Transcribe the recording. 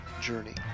journey